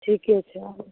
ठीके छै आबू